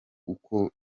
uko